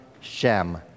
Shem